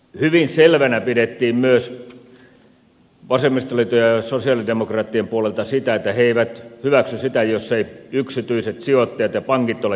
hyvin selvänä pidettiin vasemmistoliiton ja sosialidemokraattien puolelta myös sitä että he eivät hyväksy sitä jos eivät yksityiset sijoittajat ja pankit ole tässä mukana